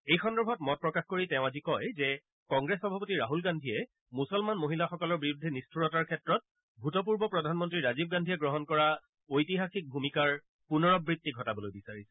এই সন্দৰ্ভত মত প্ৰকাশ কৰি তেওঁ আজি কয় যে কংগ্ৰেছ সভাপতি ৰাছল গান্ধীয়ে মুছলমান মহিলাসকলৰ বিৰুদ্ধে নিষ্ঠুৰতাৰ ক্ষেত্ৰত ভূতপূৰ্ব প্ৰধানমন্ত্ৰী ৰাজীৱ গান্ধীয়ে গ্ৰহণ কৰা ঐতিহাসিক ভূমিকাৰ পুনৰাবৃত্তি ঘটাবলৈ বিচাৰিছে